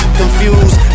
confused